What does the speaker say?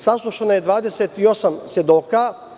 Saslušano je 28 svedoka.